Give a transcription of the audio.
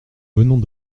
venons